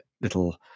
little